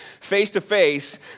face-to-face